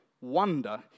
wonder